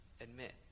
admit